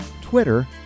Twitter